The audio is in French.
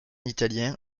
italien